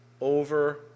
over